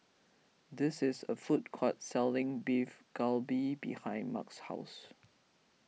this is a food court selling Beef Galbi behind Mark's house